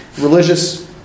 Religious